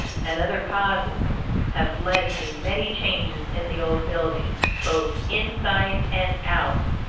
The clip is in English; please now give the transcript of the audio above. and other causes have led to many changes in the old building, both inside and out,